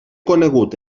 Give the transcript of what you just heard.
conegut